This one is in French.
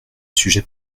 sujet